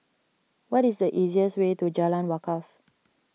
what is the easiest way to Jalan Wakaff